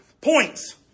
points